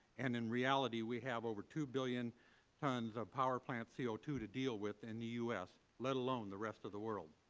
and in reality we have over two billion tons of power plant c o two to deal with in and the u s, let alone the rest of the world.